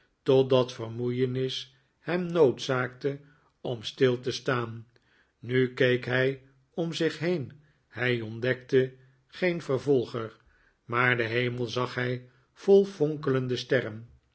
totdat vermoeienis hem noodzaakte om stil te staan nu keek hij om zich heen hij ontdekte geen vervolger maar den hemel zag hij vol fonkelende sterren